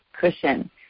cushion